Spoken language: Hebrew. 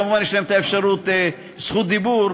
כמובן יש להם אפשרות לזכות דיבור,